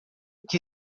que